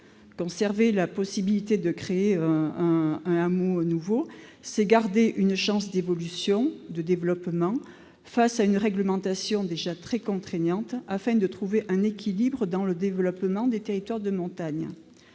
Conserver la possibilité de créer un hameau nouveau, c'est garder une chance d'évolution et de développement face à une réglementation déjà très contraignante, afin de trouver un équilibre dans le développement des territoires de montagne.